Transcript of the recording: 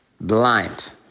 Blind